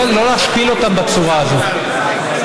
לא להשפיל אותם בצורה הזאת.